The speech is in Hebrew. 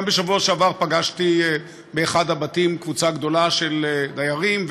בשבוע שעבר פגשתי באחד הבתים קבוצה של דיירים,